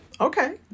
Okay